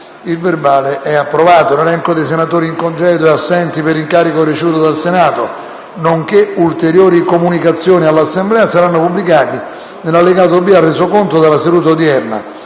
nuova finestra"). L'elenco dei senatori in congedo e assenti per incarico ricevuto dal Senato, nonché ulteriori comunicazioni all'Assemblea saranno pubblicati nell'allegato B al Resoconto della seduta odierna.